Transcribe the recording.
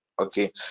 Okay